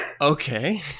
okay